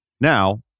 Now